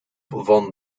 van